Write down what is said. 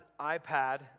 iPad